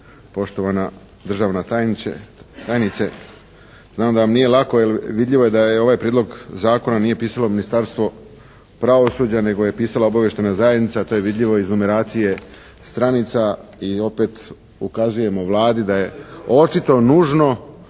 poštovani državni tajniče. Znam da vam nije lako jer vidljivo je da ovaj prijedlog zakona nije pisalo Ministarstvo pravosuđa nego je pisala Obavještajna zajednica, to je vidljivo iz numeracije stranica i opet ukazujemo Vladi da je očito nužno